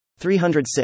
306